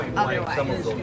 otherwise